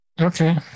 Okay